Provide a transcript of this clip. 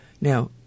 Now